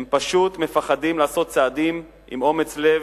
הם פשוט מפחדים לעשות צעדים עם אומץ לב,